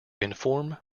inform